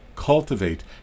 Cultivate